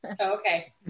Okay